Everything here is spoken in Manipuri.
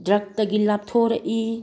ꯗ꯭ꯔꯛꯇꯒꯤ ꯂꯥꯞꯊꯣꯔꯛꯏ